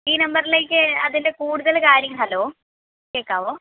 ഈ നമ്പറിലേയ്ക്ക് അതിൻറെ കൂടുതൽ കാര്യങ്ങൾ ഹലോ കേൾക്കാവോ